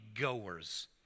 goers